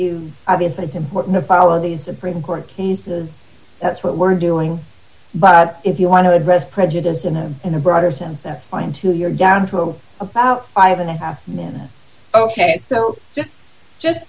you obviously it's important to follow these supreme court cases that's what we're doing but if you want to address prejudice in a in a broader sense that's fine too you're down to about five and a half men ok so just just